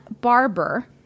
barber